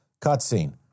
Cutscene